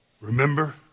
Remember